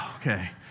Okay